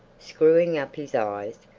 screwing up his eyes,